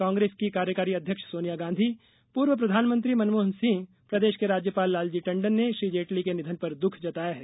कांग्रेस की कार्यकारी अध्यक्ष सोनिया गांधी पूर्व प्रधानमंत्री मनमोहन सिंह प्रदेश के राज्यपाल लालजी टंडन ने श्री जेटली के निधन पर दुःख जताया है